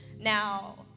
Now